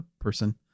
person